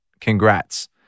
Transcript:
Congrats